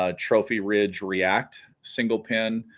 ah trophy ridge react single pin